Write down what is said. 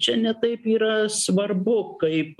čia ne taip yra svarbu kaip